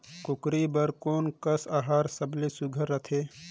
कूकरी बर कोन कस आहार सबले सुघ्घर रथे?